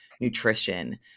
nutrition